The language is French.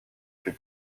plus